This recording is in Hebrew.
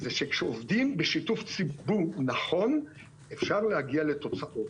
שכשעובדים בשיתוף ציבור נכון אפשר להגיע לתוצאות.